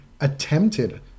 attempted